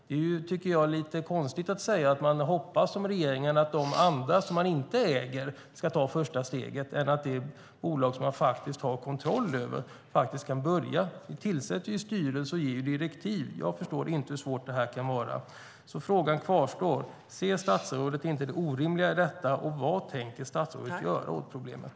Det tycker jag verkar vara ett väldigt enkelt första steg. Det är lite konstigt att säga som regeringen, att man hoppas att de andra, som man inte äger, ska ta första steget i stället för att det bolag som man faktiskt har kontroll över kan börja. Ni tillsätter ju styrelse och ger direktiv. Jag förstår inte att det kan vara så svårt. Frågan kvarstår: Ser inte statsrådet det orimliga i detta? Vad tänker statsrådet göra åt problemet?